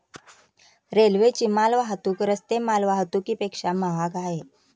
रेल्वेची माल वाहतूक रस्ते माल वाहतुकीपेक्षा महाग आहे